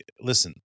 listen